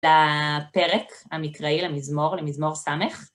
לפרק המקראי למזמור, למזמור ס׳